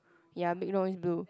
ya big door is blue